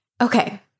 Okay